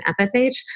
FSH